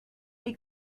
muy